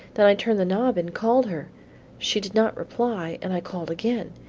then i turned the knob and called her she did not reply and i called again.